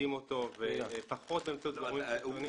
מלמדים אותו ופחות באמצעות גורמים חיצוניים.